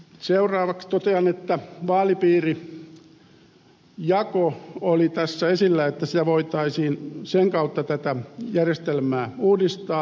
seuraavaksi totean että vaalipiirijako oli tässä esillä että voitaisiin sen kautta tätä järjestelmää uudistaa